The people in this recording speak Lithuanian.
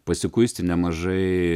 pasikuisti nemažai